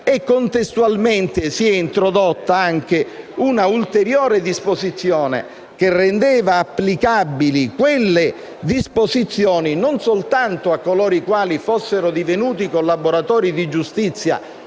Contestualmente, si è introdotta anche una ulteriore disposizione che rendeva applicabili quelle disposizioni non soltanto a coloro i quali fossero divenuti collaboratori di giustizia